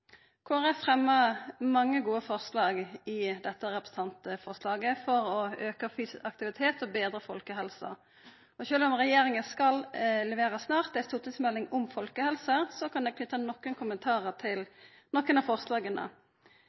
fremmar mange gode forslag i dette representantforslaget for å auka fysisk aktivitet og betre folkehelsa. Sjølv om regjeringa snart skal levera ei stortingsmelding om folkehelse, kan eg knyta nokre kommentarar til nokre av forslaga.